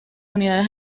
unidades